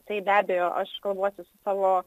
tai be abejo aš kalbuosi su savo